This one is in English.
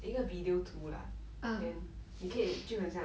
一个 video 图 lah then 你可以就好像